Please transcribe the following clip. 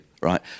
right